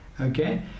Okay